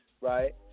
Right